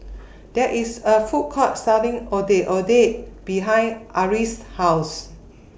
There IS A Food Court Selling Ondeh Ondeh behind Ari's House